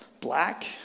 black